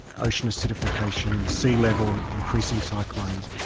ocean acidification, sea level, increasing cyclones,